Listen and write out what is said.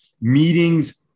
meetings